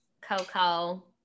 Coco